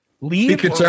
leave